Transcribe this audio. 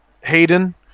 Hayden